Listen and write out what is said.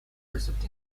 received